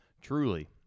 Truly